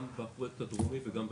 גם בפרויקט הדרומי וגם בכלל.